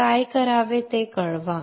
तर काय करावे ते कळवा